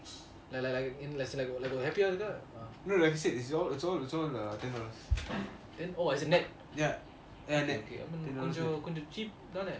like I said it's all ten dollars